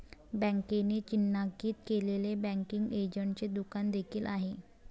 बँकेने चिन्हांकित केलेले बँकिंग एजंटचे दुकान देखील आहे